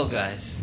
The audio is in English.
guys